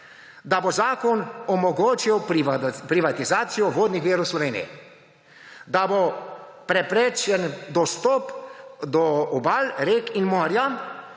Da bo zakon omogočil privatizacijo vodnih virov v Sloveniji. Da bo preprečen dostop do obal, rek in morja.